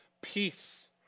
peace